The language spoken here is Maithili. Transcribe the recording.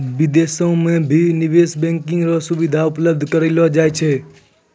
विदेशो म भी निवेश बैंकिंग र सुविधा उपलब्ध करयलो जाय छै